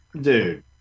Dude